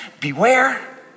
beware